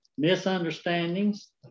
misunderstandings